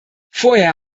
vorher